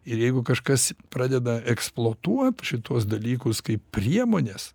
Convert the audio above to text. ir jeigu kažkas pradeda eksploatuot šituos dalykus kaip priemones